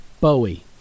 Bowie